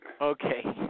Okay